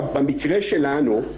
במקרה שלנו,